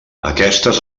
aquestes